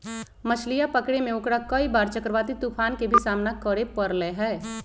मछलीया पकड़े में ओकरा कई बार चक्रवाती तूफान के भी सामना करे पड़ले है